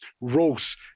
rose